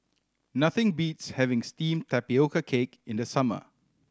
nothing beats having steamed tapioca cake in the summer